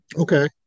Okay